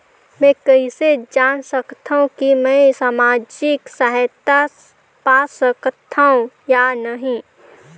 मै कइसे जान सकथव कि मैं समाजिक सहायता पा सकथव या नहीं?